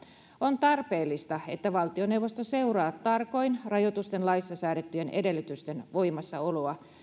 on tarpeellista että valtioneuvosto seuraa tarkoin rajoitusten laissa säädettyjen edellytysten voimassaoloa